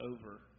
over